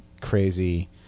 crazy